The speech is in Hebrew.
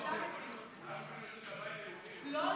כולם הבינו את זה.